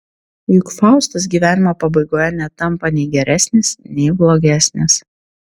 juk faustas gyvenimo pabaigoje netampa nei geresnis nei blogesnis